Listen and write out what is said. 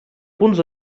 punts